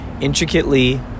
intricately